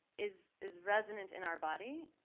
is is resonant in our body.